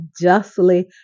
justly